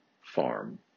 farm